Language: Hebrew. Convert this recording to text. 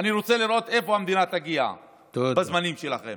אני רוצה לראות לאן המדינה תגיע בזמנים שלכם.